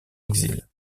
exil